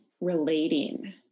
relating